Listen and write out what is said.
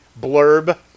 blurb